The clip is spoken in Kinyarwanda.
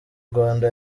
rwanda